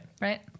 right